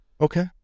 Okay